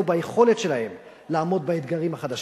ביכולת שלהם לעמוד באתגרים החדשים.